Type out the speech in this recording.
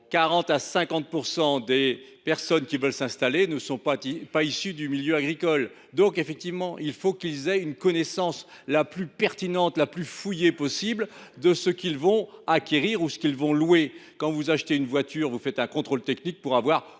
40 % à 50 % des personnes qui veulent s’installer ne sont pas issues du milieu agricole. C’est pourquoi il importe qu’elles aient une connaissance la plus pertinente, la plus fouillée possible de ce qu’elles vont acquérir ou louer. Quand vous achetez une voiture, vous faites un contrôle technique pour avoir